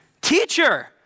Teacher